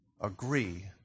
agree